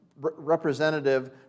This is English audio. representative